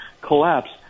collapse